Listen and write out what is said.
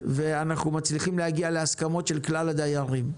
ואנחנו מצליחים להגיע להסכמות של כלל הדיירים.